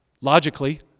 Logically